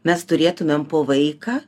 mes turėtumėm po vaiką